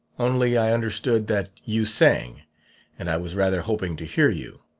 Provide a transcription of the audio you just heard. only, i understood that you sang and i was rather hoping to hear you